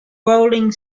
rolling